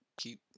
keep